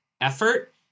effort